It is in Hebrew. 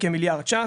בכמיליארד שקלים,